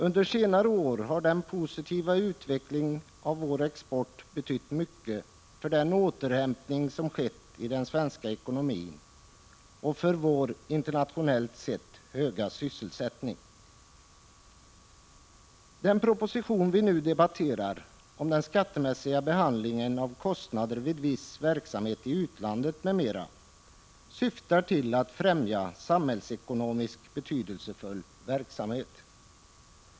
Under senare år har den positiva utvecklingen av vår export betytt mycket för den återhämtning som skett i den svenska ekonomin och för vår internationellt sett höga sysselsättning. Den proposition vi nu debatterar, om den skattemässiga behandlingen av kostnader vid viss verksamhet i utlandet m.m., syftar till att främja samhällsekonomiskt betydelsefull verksamhet.